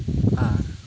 ᱟᱨ